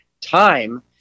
time